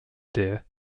dear